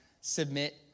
submit